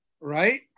Right